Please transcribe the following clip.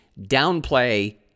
downplay